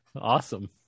Awesome